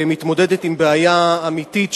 מתמודדת עם בעיה אמיתית,